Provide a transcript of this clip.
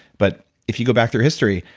but, if you go back through history,